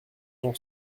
j’en